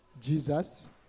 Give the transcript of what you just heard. Jesus